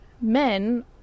men